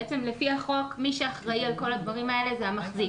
לפי החוק, מי שאחראי על כל הדברים הללו זה המחזיק.